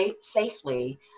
safely